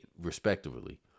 respectively